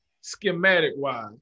schematic-wise